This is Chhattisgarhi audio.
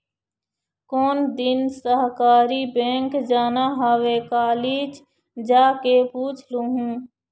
कोन दिन सहकारी बेंक जाना हवय, कालीच जाके पूछ लूहूँ